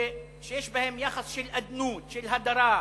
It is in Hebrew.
שיש בהם יחס של אדנות, של הדרה,